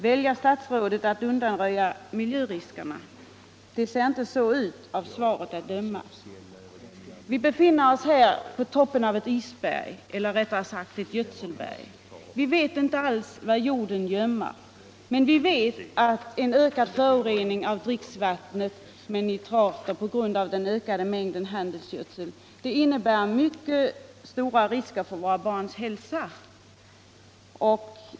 Väljer statsrådet att undanröja miljöriskerna? Det ser inte så ut, av svaret att döma. Vi vet inte vad jorden gömmer. Men vi vet att en ökad förorening av dricksvattnet med nitrat på grund av den stigande mängden handelsgödsel innebär mycket stora risker för våra barns hälsa.